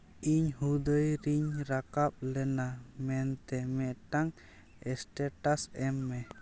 ᱤᱧ ᱦᱩᱫᱟᱹᱭ ᱨᱤᱧ ᱨᱟᱠᱟᱵ ᱞᱮᱱᱟ ᱢᱮᱱᱛᱮ ᱢᱤᱫᱴᱟᱝ ᱥᱴᱮᱴᱟᱥ ᱮᱢ ᱢᱮ